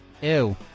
Ew